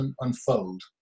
unfold